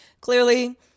clearly